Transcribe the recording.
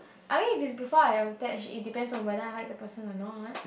I mean if is before I attached it depends on whether I like the person a not